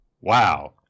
wow